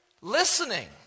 listening